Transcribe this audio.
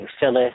phyllis